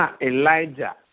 elijah